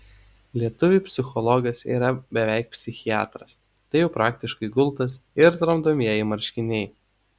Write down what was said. lietuviui psichologas yra beveik psichiatras tai jau praktiškai gultas ir tramdomieji marškiniai